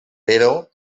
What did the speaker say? però